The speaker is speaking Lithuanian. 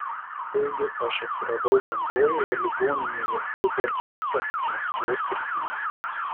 taigi aš atsiradau bendrojoje ligoninėje liubercuose maskvos srityje